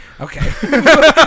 Okay